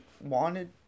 wanted